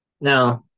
No